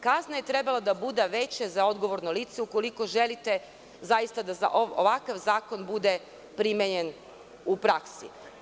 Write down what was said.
Kazna je trebala da bude veća za odgovorno lice ukoliko želite da ovakav zakon bude primenjen u praksi.